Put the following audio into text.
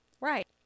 Right